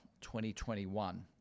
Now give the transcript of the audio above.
2021